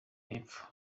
hepfo